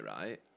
right